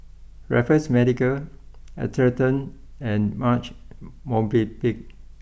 Raffles Medical Atherton and Marche Movenpick